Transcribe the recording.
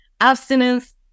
abstinence